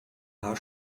paar